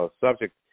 subject